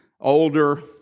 older